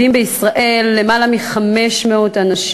בישראל מתאבדים מדי שנה למעלה מ-500 אנשים,